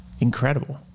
incredible